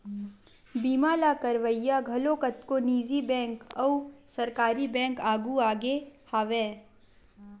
बीमा ल करवइया घलो कतको निजी बेंक अउ सरकारी बेंक आघु आगे हवय